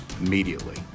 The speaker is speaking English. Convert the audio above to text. Immediately